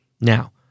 Now